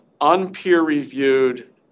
unpeer-reviewed